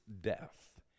death